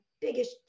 biggest